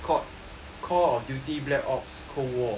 call of duty black ops cold war